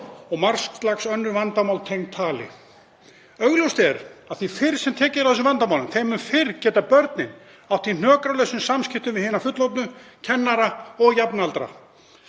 og margs konar önnur vandamál tengd tali. Augljóst er að því fyrr sem tekið er á þeim vandamálum þeim mun fyrr geta börnin átti í hnökralausum samskiptum við hina fullorðnu, kennara og jafnaldra.